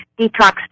detox